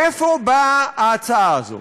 מאיפה באה ההצעה הזאת,